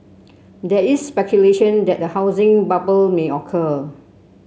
there is speculation that a housing bubble may occur